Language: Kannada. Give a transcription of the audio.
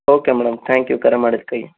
ಓಕೆ ಮೇಡಮ್ ಥ್ಯಾಂಕ್ ಯು ಕರೆ ಮಾಡಿದ್ದಕ್ಕಾಗಿ